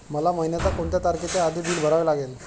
मला महिन्याचा कोणत्या तारखेच्या आधी बिल भरावे लागेल?